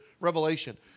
revelation